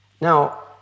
Now